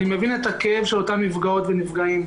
אני מבין את הכאב של אותם נפגעות ונפגעים.